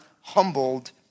humbled